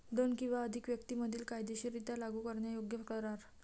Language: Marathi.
दोन किंवा अधिक व्यक्तीं मधील कायदेशीररित्या लागू करण्यायोग्य करार